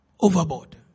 overboard